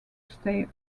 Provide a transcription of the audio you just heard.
stay